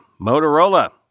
Motorola